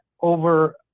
over